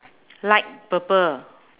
light purple